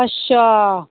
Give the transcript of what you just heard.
अच्छा